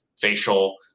facial